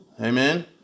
Amen